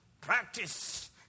Practice